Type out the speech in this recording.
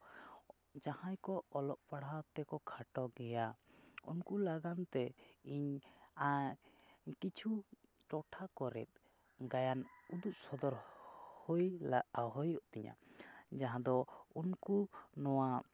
ᱡᱟᱦᱟᱸᱭ ᱠᱚ ᱚᱞᱚᱜ ᱯᱟᱲᱦᱟᱜ ᱛᱮᱠᱚ ᱠᱷᱟᱴᱚ ᱜᱮᱭᱟ ᱩᱱᱠᱩ ᱞᱟᱜᱟᱱᱛᱮ ᱤᱧ ᱠᱤᱪᱷᱩ ᱴᱚᱴᱷᱟ ᱠᱚᱨᱮᱫ ᱜᱟᱭᱟᱱ ᱩᱫᱩᱜ ᱥᱚᱫᱚᱨ ᱦᱩᱭ ᱞᱟᱜ ᱦᱩᱭᱩᱜ ᱛᱤᱧᱟᱹ ᱡᱟᱦᱟᱸᱫᱚ ᱩᱱᱠᱩ ᱱᱚᱣᱟ